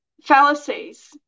fallacies